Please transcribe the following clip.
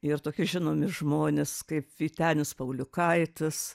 ir tokie žinomi žmonės kaip vytenis pauliukaitis